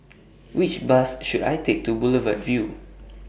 Which Bus should I Take to Boulevard Vue